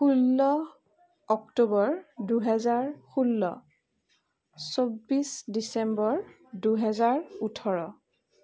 ষোল্ল অক্টোবৰ দুহেজাৰ ষোল্ল চৌব্বিছ ডিচেম্বৰ দুহেজাৰ ওঠৰ